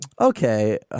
Okay